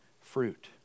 fruit